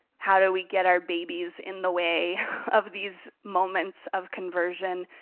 how do we get our babies in the way of these moments of conversion,